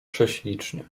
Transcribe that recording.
prześlicznie